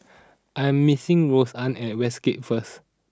I'm meeting Roseann at Westgate first